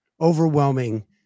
overwhelming